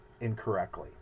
incorrectly